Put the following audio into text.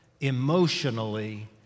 emotionally